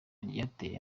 ryateye